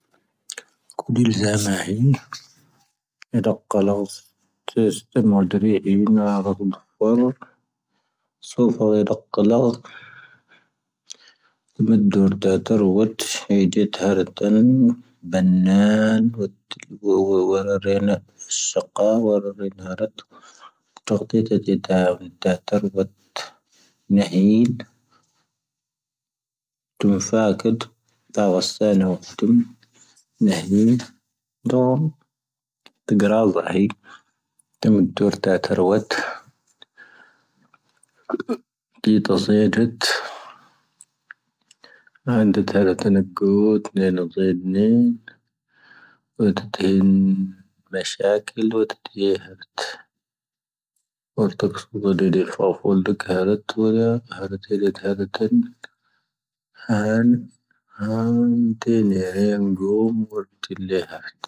ⴽⵓⴷⵉⵍ ⵣⴰⵎⴰ ⵀⵉⵏ ⵏⴷⴰⴽⴽⴰ ⵍⴰⵙ ⵀⵉⵙⵜⵔⴻ ⵉⵎⵍⴰ ⵢⴰⴳⵓⵍ ⵙⵓⴼⴰ ⵢⴻⴷⴰⵇⵇⴰⵍ ⵉⵎⵉⴷⵓ ⵜⴰⵔⵓⵜ ⴱⴰⵏⵏⴰⵏ ⵡⴰⵔⴰⴻⵏ ⵙⵀⴰⵇⴰⵇ ⵜⴰⵜⵜⵀⵉⵏ ⵏⴰⵀⵉⴷ ⵜⵓⵏⴻ ⴼⴰⴽⵉⴷ ⵜⴰⵡⴰⵙⴰⵏⵉⴽⴽⵓⵎ ⵏⴰⵀⵉⴷ ⵜⵉⴳⵔⴰ ⵣⴰⵀⵉⴷ ⵜⴰⵎⵉⴷⵓ ⵜⴰⵀⵉⵔ ⵡⴰⵜ ⵡⴰⵜⴰⴽⵉⵍ ⵣⴰⵀⵔⴻⵏ ⵡⴰⵜⴰⵜⴽⵉⵍ ⵎⴰⵙⵀⴰⴽⵉⵍ ⵡⴰⵜⵓⴳ ⴳⴼⵓⵍ ⴽⴰⵔⴰⵜⵡⵉⵢⴰ ⵡⴰⵜⴰⵀⴰⴽ ⴽⴰⴽⴻⵏ ⵀⴰⵏ ⵀⴰⵏ ⵜⴻⵍⴻⵀⴻⵏ ⴳⵓ ⵡⴰⴰⵜⴻⵍⴻⵀⴰⵏ.